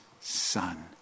son